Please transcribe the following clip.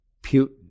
Putin